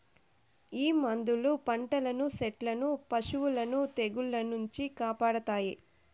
ఈ మందులు పంటలను సెట్లను పశులను తెగుళ్ల నుంచి కాపాడతాయి